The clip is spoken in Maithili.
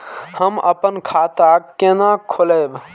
हम अपन खाता केना खोलैब?